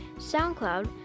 SoundCloud